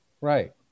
right